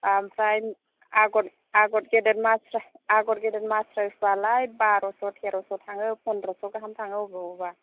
आमफ्राय आगर आगर गेदेर मासस्राइस आगर गेदेर मासस्राइस बालाय बार'स' तेर'स' थाङो पन्द्रस' गाहाम थाङो अबेबा अबेबा